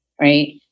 Right